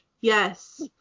Yes